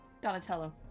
Donatello